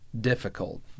Difficult